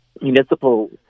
municipal